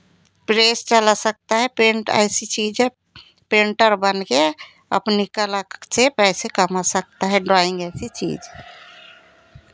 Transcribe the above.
press चला सकता है पेंट ऐसी चीज़ है पेंटर बनके अपनी कला से पैसे कमा सकता है ड्रॉइंग ऐसी चीज़ है